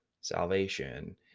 salvation